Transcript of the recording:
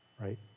Right